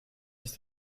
ist